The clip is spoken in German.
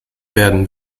werden